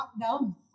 down